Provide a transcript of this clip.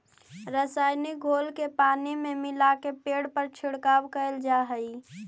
रसायनिक घोल के पानी में मिलाके पेड़ पर छिड़काव कैल जा हई